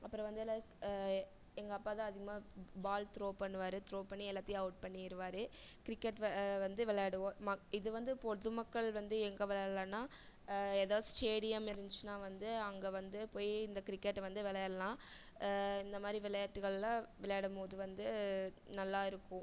அப்புறம் வந்து எல்லோரும் எங்கள் அப்பா தான் அதிகமாக பால் த்ரோ பண்ணுவார் த்ரோ பண்ணி எல்லாத்தையும் அவுட் பண்ணிடுவாரு கிரிக்கெட் வெ வந்து விளாடுவோம் மக் இது வந்து பொதுமக்கள் வந்து எங்கே வெளையாடலான்னா ஏதாவது ஸ்டேடியம் இருந்துச்சினா வந்து அங்கே வந்து போய் இந்த கிரிக்கெட்டை வந்து வெளையாடலாம் இந்தமாதிரி விளையாட்டுகளில் விளையாடும்மோது வந்து நல்லா இருக்கும்